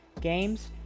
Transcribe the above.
games